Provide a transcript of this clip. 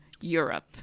Europe